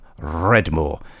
Redmore